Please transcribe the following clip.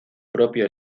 propio